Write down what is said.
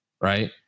right